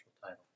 title